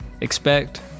Expect